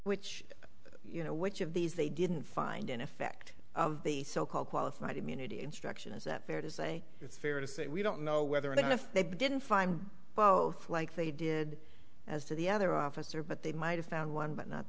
which you know which of these they didn't find in effect of the so called qualified immunity instruction is that fair to say it's fair to say we don't know whether i mean if they didn't find both like they did as to the other officer but they might have found one but not